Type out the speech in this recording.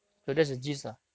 mm